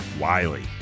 Wiley